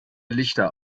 lichter